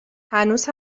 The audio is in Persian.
هنوز